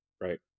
right